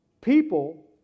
people